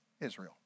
Israel